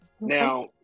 Now